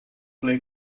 ble